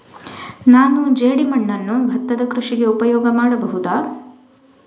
ನಾನು ಜೇಡಿಮಣ್ಣನ್ನು ಭತ್ತದ ಕೃಷಿಗೆ ಉಪಯೋಗ ಮಾಡಬಹುದಾ?